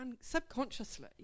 subconsciously